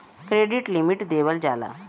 credit limit देवल जाला